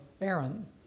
Aaron